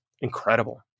incredible